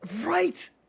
right